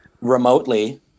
remotely